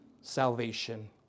salvation